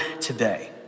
today